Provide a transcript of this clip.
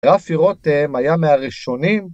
‫רפי רותם היה מהראשונים.